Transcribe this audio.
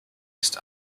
ist